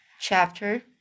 chapter